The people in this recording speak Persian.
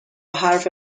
حرف